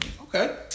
Okay